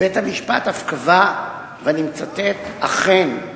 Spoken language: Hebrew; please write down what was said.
בית-המשפט אף קבע: "אכן,